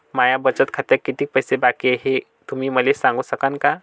माया बचत खात्यात कितीक पैसे बाकी हाय, हे तुम्ही मले सांगू सकानं का?